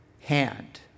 hand